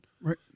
right